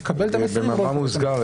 לקבל את המסרים --- במאמר מוסגר,